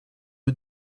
you